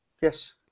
Yes